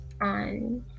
on